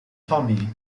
tommy